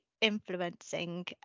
influencing